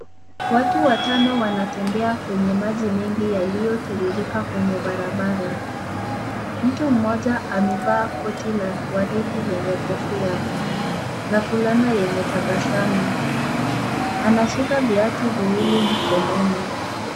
Watu watano wanatembea kwenye maji mengi yalio tiririka barabara. Mtu mmoja ameva koti la waridi lenye kofia na fulana lenye tabasamu anashika viatu viwili mkononi.